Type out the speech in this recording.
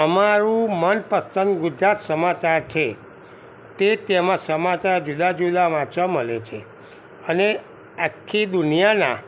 અમારું મનપસંદ ગુજરાત સમાચાર છે તે તેમાં સમાચાર જુદા જુદા વાંચવા મળે છે અને આખી દુનિયાના